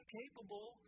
capable